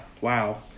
Wow